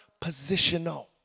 positional